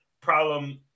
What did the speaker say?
problem